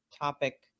topic